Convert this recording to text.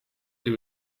doe